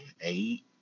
eight